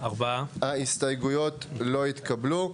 4 ההסתייגות לא התקבלו.